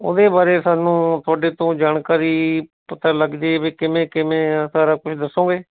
ਉਹਦੇ ਬਾਰੇ ਸਾਨੂੰ ਤੁਹਾਡੇ ਤੋਂ ਜਾਣਕਾਰੀ ਪਤਾ ਲੱਗ ਜੇ ਵੀ ਕਿਵੇਂ ਕਿਵੇਂ ਆ ਸਾਰਾ ਕੁੱਝ ਦੱਸੋਂਗੇ